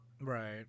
right